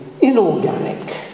inorganic